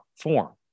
form